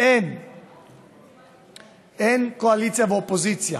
אין קואליציה ואופוזיציה.